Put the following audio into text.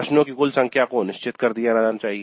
प्रश्नों की कुल संख्या को निश्चित कर दिया जाना चाहिए